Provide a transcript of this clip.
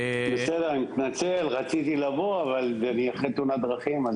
אני מתנצל, רציתי לבוא, אבל אני אחרי תאונת דרכים.